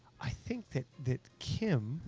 i think that that kim,